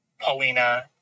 paulina